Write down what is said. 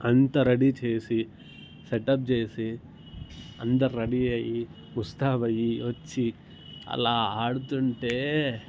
అంతా రెడీ చేసి set up చేసి అందరు రెడీ అయ్యి ముస్తాబయ్యి వచ్చి అలా ఆడుతుంటే